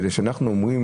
אנחנו אומרים